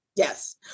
Yes